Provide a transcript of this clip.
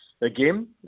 again